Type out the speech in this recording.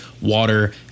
water